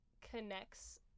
connects